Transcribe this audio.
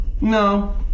No